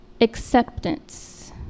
acceptance